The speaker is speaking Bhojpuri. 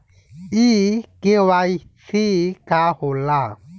इ के.वाइ.सी का हो ला?